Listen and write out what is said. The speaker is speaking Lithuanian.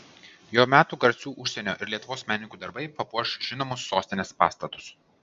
jo metu garsių užsienio ir lietuvos menininkų darbai papuoš žinomus sostinės pastatus